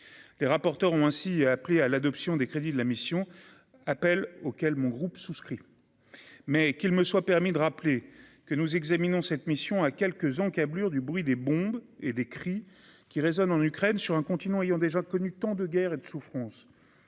les rapporteurs ont ainsi appelé à l'adoption des crédits de la mission, appel auquel mon groupe souscrit mais qu'il me soit permis de rappeler que nous examinons cette mission à quelques encablures du bruit des bombes et des cris qui résonne en Ukraine sur un continent ayant déjà connu tant de guerres et de souffrance,